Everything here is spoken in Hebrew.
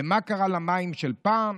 מה קרה למים של פעם?